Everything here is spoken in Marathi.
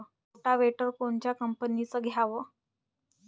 रोटावेटर कोनच्या कंपनीचं घ्यावं?